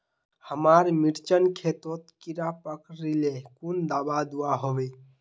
हमार मिर्चन खेतोत कीड़ा पकरिले कुन दाबा दुआहोबे?